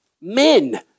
Men